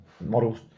Models